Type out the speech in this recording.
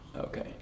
Okay